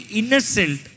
innocent